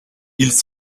ils